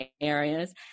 areas